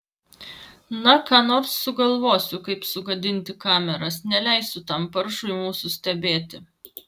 na ką nors sugalvosiu kaip sugadinti kameras neleisiu tam paršui mūsų stebėti